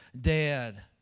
dead